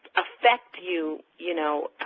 affect you, you know,